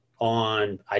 on